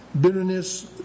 Bitterness